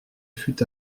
fût